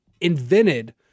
Invented